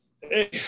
hey